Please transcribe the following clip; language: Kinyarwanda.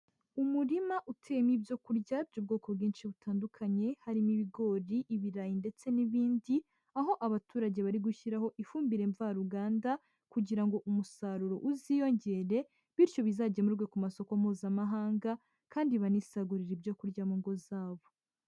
Umurima uteyemo ibyo kurya by'ubwoko bwinshi butandukanye harimo ibigori, ibirayi ndetse n'ibindi, aho abaturage bari gushyiraho ifumbire mvaruganda kugira ngo umusaruro uziyongere bityo bizagemurwe ku masoko mpuzamahanga kandi banisagurire ibyo kurya mu ngo zabo.